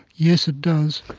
yes, it does.